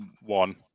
one